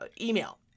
email